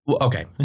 Okay